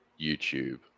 YouTube